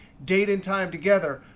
date and time together,